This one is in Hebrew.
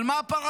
אבל מה הפרדוקס?